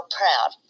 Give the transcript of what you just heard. proud